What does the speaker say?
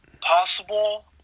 possible